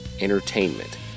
entertainment